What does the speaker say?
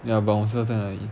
ya bouncer 在那里